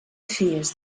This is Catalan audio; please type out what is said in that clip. fies